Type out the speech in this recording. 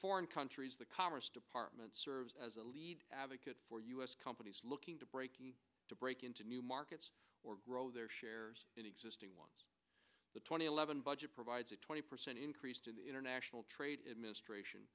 foreign countries the commerce department serves as a lead advocate for u s companies looking to break in to break into new markets or grow their shares in existing ones the twenty eleven budget provides a twenty percent increase to the international trade administration